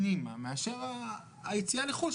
מאשר היציאה לחו"ל.